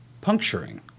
puncturing